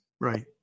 Right